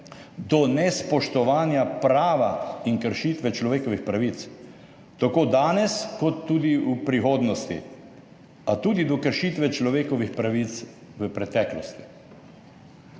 do nespoštovanja prava in kršitve človekovih pravic, tako danes kot tudi v prihodnosti, a tudi do kršitve človekovih pravic v preteklosti.